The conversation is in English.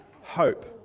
Hope